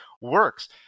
works